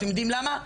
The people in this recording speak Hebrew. אתם יודעים למה,